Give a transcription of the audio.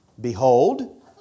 Behold